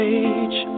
age